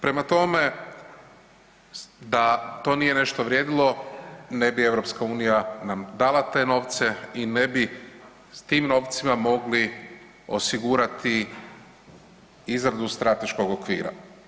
Prema tome, da to nije nešto vrijedilo ne bi EU nam dala te novce i ne bi s tim novcima osigurati izradu strateškog okvira.